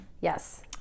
Yes